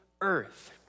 earth